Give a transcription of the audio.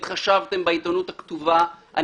והתחשבתם בעיתונות הכתובה,